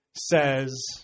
says